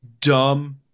dumb